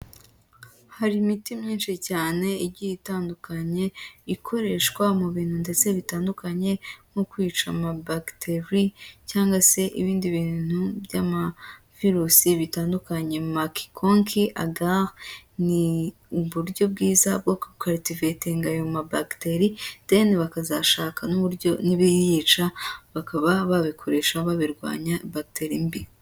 Hari imiti myinshi cyane igiye itandukanye, ikoreshwa mu bintu ndetse bitandukanye nko kwica amabakiteri, cyangwa se ibindi bintu by'amavirusi bitandukanye, makikonki agari ni uburyo bwiza bwo gukiritivetinga ayo mabagiteri, deni bakazashaka n'uburyo n'ibiyica bakaba babikoresha babirwanya bakiteri mbi.